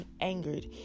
angered